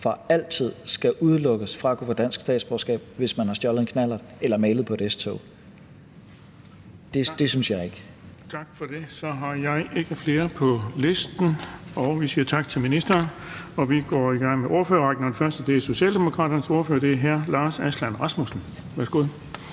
for altid, skal udelukkes fra at kunne få dansk statsborgerskab, hvis man har stjålet en knallert eller malet på et S-tog. Det synes jeg ikke. Kl. 15:13 Den fg. formand (Erling Bonnesen): Tak for det. Så har jeg ikke flere på listen, og vi siger tak til ministeren. Vi går i gang med ordførerrækken, og den første er Socialdemokraternes ordfører. Det er hr. Lars Aslan Rasmussen. Værsgo.